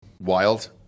wild